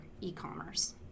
e-commerce